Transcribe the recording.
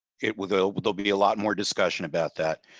it will but will be a lot more discussion about that.